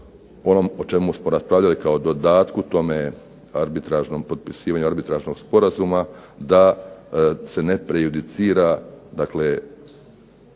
onom o čemu smo raspravljali kao dodatku tome arbitražnom, potpisivanju arbitražnog sporazuma da se ne prejudicira